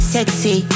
Sexy